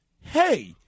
hey